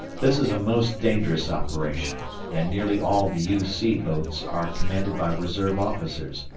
this is a most dangerous operation, and nearly all the u c. boats are commanded by reserve officers,